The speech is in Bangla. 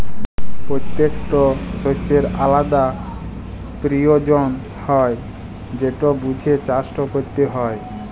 পত্যেকট শস্যের আলদা পিরয়োজন হ্যয় যেট বুঝে চাষট ক্যরতে হয়